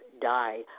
die